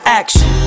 action